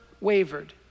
wavered